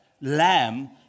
lamb